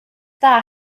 dda